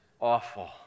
awful